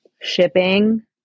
shipping